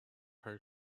her